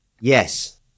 yes